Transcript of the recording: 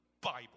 Bible